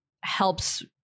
helps